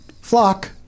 flock